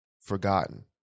forgotten